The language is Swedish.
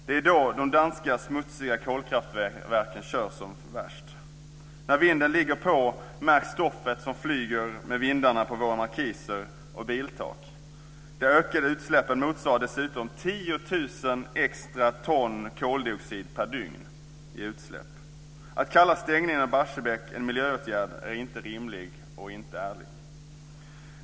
Det är då de danska smutsiga kolkraftverken kör som värst. När vinden ligger på märks stoftet som flyger med vindarna på våra markiser och biltak. De ökade utsläppen motsvarar dessutom 10 000 extra ton koldioxid per dygn i utsläpp. Att kalla stängningen av Barsebäck en miljöåtgärd är inte rimligt och ärligt.